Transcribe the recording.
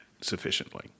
sufficiently